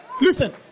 Listen